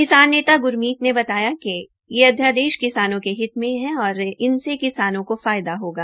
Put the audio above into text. किसान नेता ग्रमीत ने कहा कि यह अध्यादेश किसानों के हित में है और इनसे किसानों का फायदा होगा